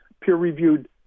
peer-reviewed